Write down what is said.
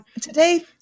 Today